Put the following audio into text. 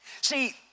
See